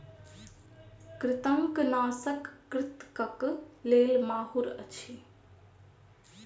कृंतकनाशक कृंतकक लेल माहुर अछि